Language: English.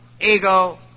ego